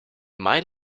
might